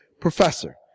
Professor